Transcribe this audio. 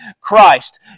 Christ